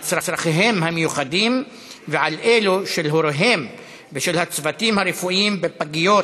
על צורכיהם המיוחדים ועל אלו של הוריהם ושל הצוותים הרפואיים בפגיות,